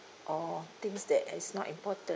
or things that is not important